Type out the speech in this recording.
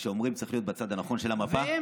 אומרים שצריך להיות בצד הנכון של המפה,